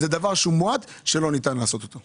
זהו זמן מועט, שלא ניתן לעשות את זה בו.